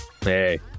Hey